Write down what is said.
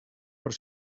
però